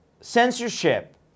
censorship